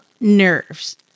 nerves